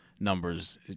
numbers